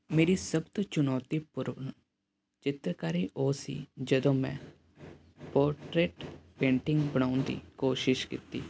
ਮੇਰੀ ਸਭ ਤੋਂ ਚੁਣੌਤੀਪੂਰਨ ਚਿੱਤਰਕਾਰੀ ਉਹ ਸੀ ਜਦੋਂ ਮੈਂ ਪੋਟਰੇਟ ਪੇਂਟਿੰਗ ਬਣਾਉਣ ਦੀ ਕੋਸ਼ਿਸ਼ ਕੀਤੀ